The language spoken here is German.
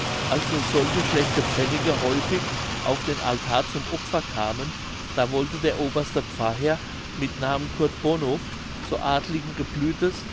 als nun solche schlechte pfennige häufig auf den altar zum opfer kamen da wollte der oberste pfarrherr mit namen curt bonov so adligen geblütes